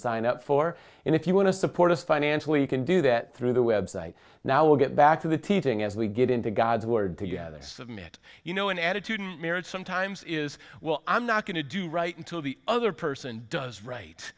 sign up for and if you want to support us financially you can do that through the website now will get back to the teaching as we get into god's word together submit you know an attitudinal marriage sometimes is well i'm not going to do right until the other person does right